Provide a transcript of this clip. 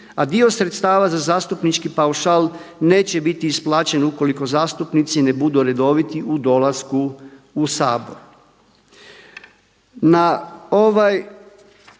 a dio sredstava za zastupnički paušal neće biti isplaćen ukoliko zastupnici ne budu redoviti u dolasku u Sabor.